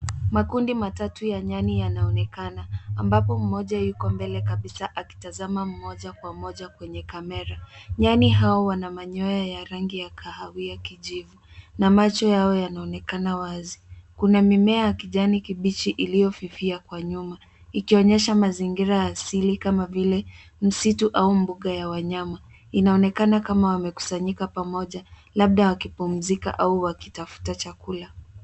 Makundi matatu ya nyani yanaonekana ambapo mmoja yuko mbele kabisa akitazama moja kwa moja kwenye kamera. Nyani hao wana manyoya ya rangi ya kahawia kijivu na macho yao yanaonekana wazi. Kuna mimea ya kijani kibichi iliyofifia kwa nyuma, ikionyesha mazingira ya asili kama vile msitu au mbuga ya wanyama. Inaonekana kama wamekusanyika pamoja labda akipumzika au wakitafuta chakula.